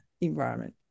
environment